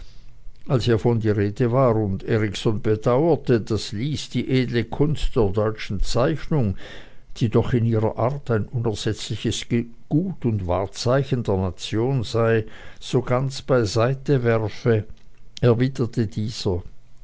als hievon die rede war und erikson bedauerte daß lys die edle kunst der deutschen zeichnung die doch in ihrer art ein unersetzliches gut und wahrzeichen der nation sei so ganz beiseite werfe erwiderte dieser